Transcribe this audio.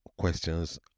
questions